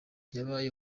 yabaye